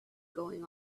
going